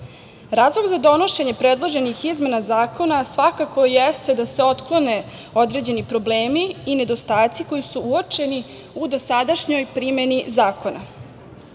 vodama. Razlog za donošenje predloženih izmena zakona, svakako jeste da se otklone određeni problemi i nedostaci koji su uočeni u dosadašnjoj primeni zakona.